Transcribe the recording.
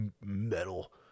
metal